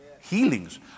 healings